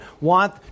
want